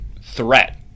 threat